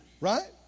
Right